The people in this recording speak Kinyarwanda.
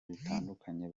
bitandukanye